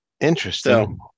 Interesting